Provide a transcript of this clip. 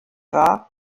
war